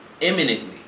imminently